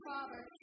Father